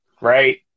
right